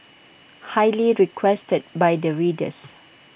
highly requested by the readers